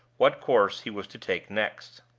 what course he was to take next.